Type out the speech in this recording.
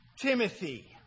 Timothy